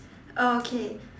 oh okay